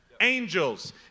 angels